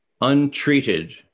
untreated